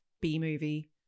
B-movie